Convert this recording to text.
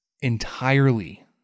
entirely